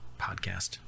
podcast